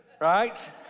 right